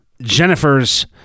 Jennifer's